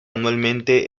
anualmente